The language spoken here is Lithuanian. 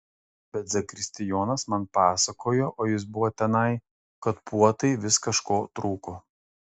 bet zakristijonas man pasakojo o jis buvo tenai kad puotai vis kažko trūko